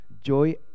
Joy